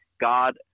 God